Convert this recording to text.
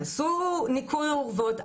תעשו ניקוי אורוות,